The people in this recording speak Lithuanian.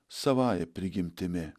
savąja prigimtimi